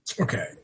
okay